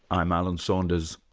i'm alan saunders.